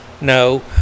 No